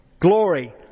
glory